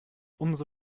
umso